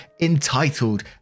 entitled